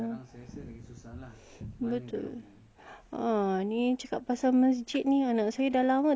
ah ni cakap pasal masjid ni saya dah lama tak pergi madrasah di masjid